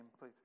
please